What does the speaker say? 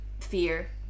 fear